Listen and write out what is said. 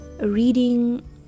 reading